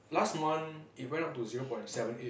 last month it went up to zero point seven eight